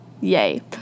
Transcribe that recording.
yay